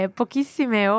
pochissime